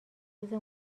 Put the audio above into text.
روزه